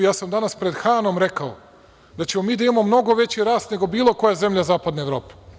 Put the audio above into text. Ja sam danas pred Hanom rekao da ćemo mi da imamo mnogo veći rast nego bilo koja zemlja zapadne Evrope.